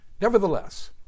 Nevertheless